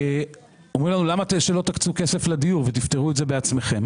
אומרים לנו למה שלא נקצה כסף לדיור ונפתור את זה בעצמנו.